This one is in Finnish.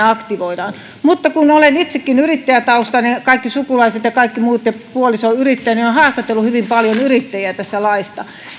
aktivoidaan mutta kun olen itsekin yrittäjätaustainen ja kaikki sukulaiset ja kaikki muut ja puoliso ovat yrittäjiä niin olen haastatellut hyvin paljon yrittäjiä tästä laista